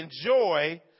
enjoy